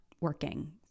working